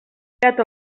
tallat